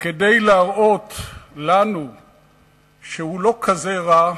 וכדי להראות לנו שהוא לא כזה רע,